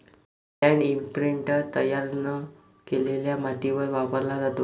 land imprinter तयार न केलेल्या मातीवर वापरला जातो